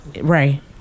Right